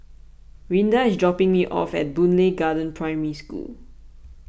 Rinda is dropping me off at Boon Lay Garden Primary School